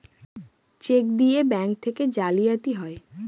check দিয়ে bank থেকে জালিয়াতি হয়